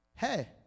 Hey